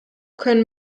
können